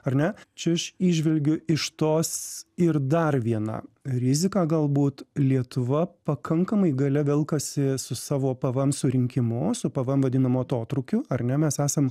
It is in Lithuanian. ar ne čia aš įžvelgiu iš tos ir dar vieną riziką galbūt lietuva pakankamai gale velkasi su savo pvm surinkimu su pvm vadinamu atotrūkiu ar ne mes esam